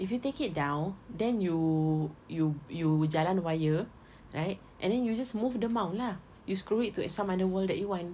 if you take it down then you you you jalan wire right and then you just move the mount lah you screw it to some other wall that you want